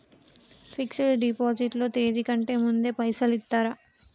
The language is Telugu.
ఫిక్స్ డ్ డిపాజిట్ లో తేది కంటే ముందే పైసలు ఇత్తరా?